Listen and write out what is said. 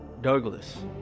Douglas